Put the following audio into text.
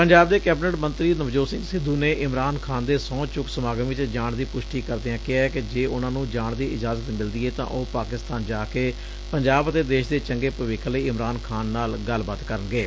ਪੰਜਾਬ ਦੇ ਕੈਬਨਿਟ ਮੰਤਰੀ ਨਵਜੋਤ ਸਿੰਘ ਸਿੱਧੁ ਨੇ ਇਮਰਾਨ ਖਾਨ ਦੇ ਸਹੁੰ ਚੁੱਕ ਸਮਾਗਮ ਵਿਚ ਜਾਣ ਦੀ ਪੁਸ਼ਟੀ ਕਰਦਿਆਂ ਕਿਹੈ ਕਿ ਜੇ ਉਨ੍ਨਾਂ ਨੰ ਜਾਣ ਦੀ ਇਜਾਜ਼ਤ ਮਿਲਦੀ ਏ ਤਾਂ ਉਹ ਪਾਕਿਸਤਾਨ ਜਾ ਕੇ ਪੰਜਾਬ ਅਤੇ ਦੇਸ਼ ਦੇ ਚੰਗੇ ਭਵਿੱਖ ਲਈ ਇਮਰਾਨ ਖਾਨ ਨਾਲ ਗੱਲਬਾਤ ਕਰਨਗੇ